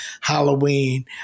Halloween